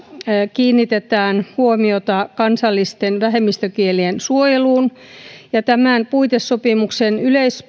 kiinnitetään huomiota kansallisten vähemmistökielien suojeluun tämän puiteyleissopimuksen